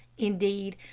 indeed,